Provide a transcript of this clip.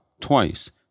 twice